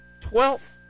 twelfth